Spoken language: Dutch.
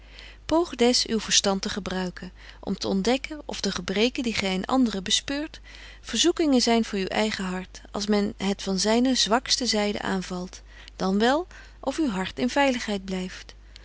poog des uw verstand te gebruiken om te ontdekken of de gebreken die gy in anderen bespeurt verzoekingen zyn voor uw eigen hart als men het van zyne zwakste zyde aanvalt dan wel of uw hart in veiligheid blyft